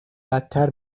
بدتر